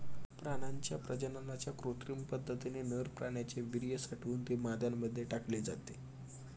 प्राण्यांच्या प्रजननाच्या कृत्रिम पद्धतीने नर प्राण्याचे वीर्य साठवून ते माद्यांमध्ये टाकले जाते